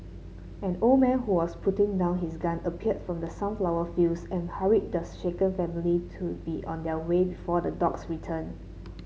an old man who was putting down his gun appeared from the sunflower fields and hurried the shaken family to be on their way before the dogs return